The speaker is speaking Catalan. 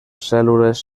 cèl·lules